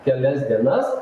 kelias dienas